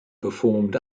performed